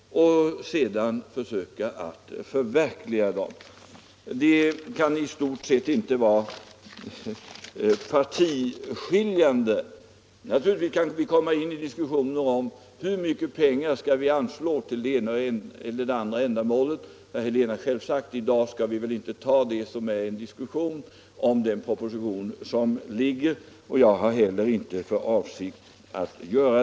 Där kan det väl heller inte i stort sett föreligga något partiskiljande. Naturligtvis kan vi komma in i en diskussion om hur mycket pengar vi skall anslå till det ena eller det andra ändamålet, men som herr Helén sade skall vi väl inte ta upp någon diskussion om den proposition som nu lagts fram. Det har jag heller inte för avsikt att göra.